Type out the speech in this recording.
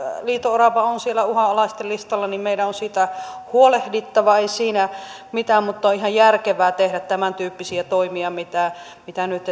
liito orava on siellä uhanalaisten listalla meidän on siitä huolehdittava ei siinä mitään mutta on ihan järkevää tehdä tämäntyyppisiä toimia mitä mitä nyt